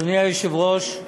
אדוני היושב-ראש,